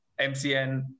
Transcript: MCN